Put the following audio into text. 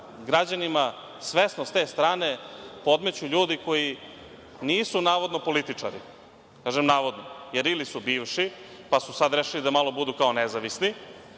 građanima svesno s te strane podmeću ljudi koji nisu navodno političari. Kažem – navodno, jer ili su bivši, pa su sad rešili da malo budu kao nezavisni